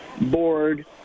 board